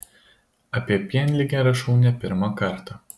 apie pienligę rašau ne pirmą kartą